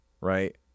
Right